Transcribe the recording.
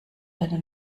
deine